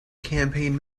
campaign